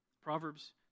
Proverbs